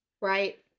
Right